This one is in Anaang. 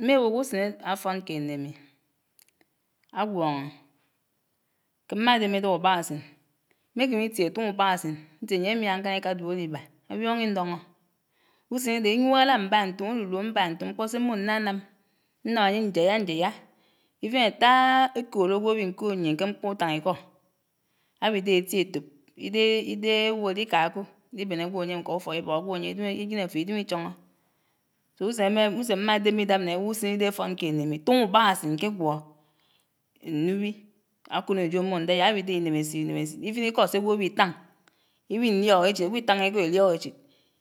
mméwò kusen áfon ked ñne ami ágwóñó ke'mma demmé ídab ubákasen, mmekeme ítie tuñó ubákasen ñtie ayé mia ñkaniká duo'riba áwioñ indóñó. useníde iñwek ala'mba ñtom, álulu ámba ñtom mkpó se mmo ñnanam ñnam anyé ñjayañjaya even átaaaa íkòòd agwo ánwí nkòòd ñyien ke mkpó utañíkó áwidé étietop ídege ídege ewó li'kakò li'ben agwoyem ká ufokíbok, agwoyem ájen áafò idem íchoñó, so usen ema usen mma deme ídab na ewò usenídé áfonked ñne ami, tuñó ubákásen kégwo ñnuwí ákonojó ámmogo ñdayá, áwide ínemesit ínemesit even íkó se agwo wí'tang, íw'índiok echid, agwo ítaña íkó íliokéchid